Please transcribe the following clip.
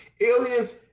aliens